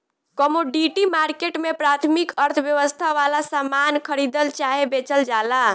commodity market में प्राथमिक अर्थव्यवस्था वाला सामान खरीदल चाहे बेचल जाला